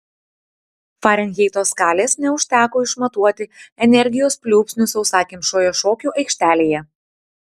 farenheito skalės neužteko išmatuoti energijos pliūpsnių sausakimšoje šokių aikštelėje